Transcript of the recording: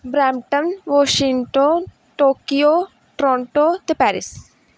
Brampton Washington Tokyo Toronto ਅਤੇ Paris